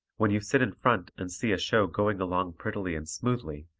when you sit in front and see a show going along prettily and smoothly,